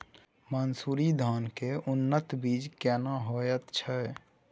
मन्सूरी धान के उन्नत बीज केना होयत छै?